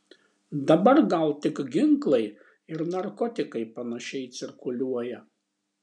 dabar gal tik ginklai ir narkotikai panašiai cirkuliuoja